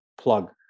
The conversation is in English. plug